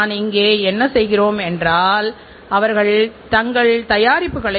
எனவே எப்பொழுதும் உற்பத்தியின் தரத்தை மேம்படுத்துவதைப் பற்றி யோசித்துப் பாருங்கள்